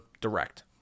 Direct